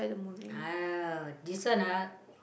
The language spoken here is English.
ah this one ah